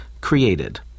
created